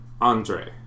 Andre